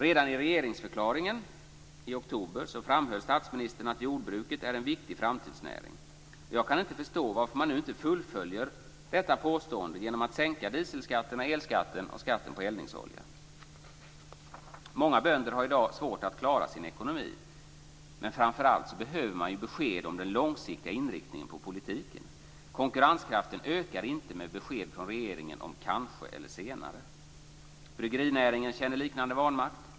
Redan i regeringsförklaringen i oktober framhöll statsministern att jordbruket är en viktig framtidsnäring. Jag kan inte förstå varför man nu inte fullföljer detta påstående genom att sänka dieselskatten, elskatten och skatten på eldningsolja. Många bönder har i dag svårt att klara sin ekonomi, men framför allt behöver man ju besked om den långsiktiga inriktningen på politiken. Konkurrenskraften ökar inte med besked från regeringen om "kanske eller senare". Bryggerinäringen känner liknande vanmakt.